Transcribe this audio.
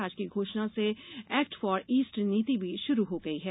आज की घोषणा से एक्ट फार ईस्ट नीति भी शुरू हो गई है